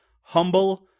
humble